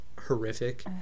horrific